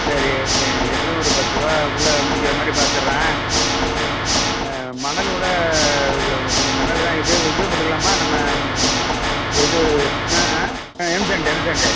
சரி எப்படியும் ஒரு பத்து ரூபாக்குள்ள முடிக்கிறமாதிரி பாத்துடுறேன் மணலோடு கொஞ்சம் மணல் தான் இது இதே போட்டுக்கலாமா நம்ம இந்த இது ஆ ஆ ஆ எம்சேண்டு எம்சேண்டு